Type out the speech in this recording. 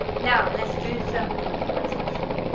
now let's do some improvisation,